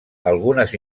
algunes